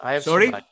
Sorry